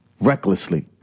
Recklessly